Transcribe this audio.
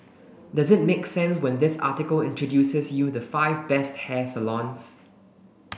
does it make sense when this article introduces you the five best hair salons